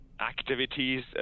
activities